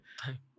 Hi